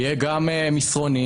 תהיה גם מסרונים,